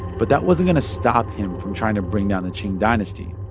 but that wasn't going to stop him from trying to bring down the qing dynasty.